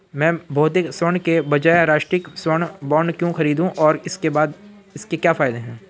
मैं भौतिक स्वर्ण के बजाय राष्ट्रिक स्वर्ण बॉन्ड क्यों खरीदूं और इसके क्या फायदे हैं?